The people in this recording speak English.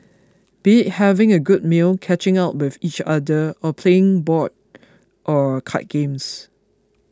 be having a good meal catching up with each other or playing board or card games